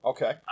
Okay